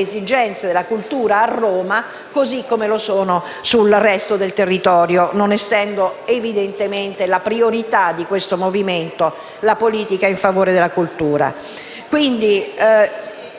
esigenze della cultura a Roma, così come lo è a quelle del resto del territorio, non essendo evidentemente priorità di questo movimento la politica in favore della cultura.